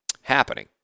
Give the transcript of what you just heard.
happening